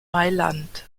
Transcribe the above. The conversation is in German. mailand